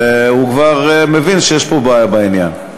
והוא כבר מבין שיש פה בעיה בעניין.